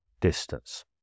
distance